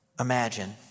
imagine